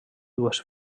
dues